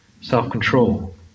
self-control